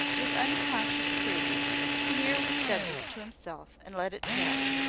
with unconscious prudence, he merely said this to himself, and let it pass,